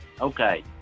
okay